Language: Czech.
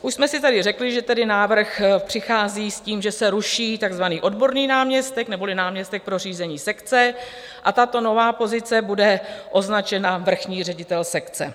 Už jsme si tady řekli, že tedy návrh přichází s tím, že se ruší takzvaný odborný náměstek neboli náměstek pro řízení sekce, a tato nová pozice bude označena vrchní ředitel sekce.